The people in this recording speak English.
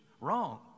Wrong